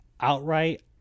outright